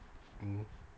mmhmm